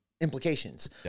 implications